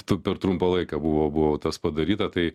tu per trumpą laiką buvo buvo tas padaryta tai